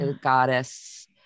goddess